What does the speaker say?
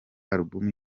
album